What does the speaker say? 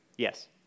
Yes